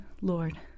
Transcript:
lord